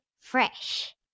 Fresh